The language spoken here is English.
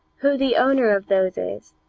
who the owner of those is.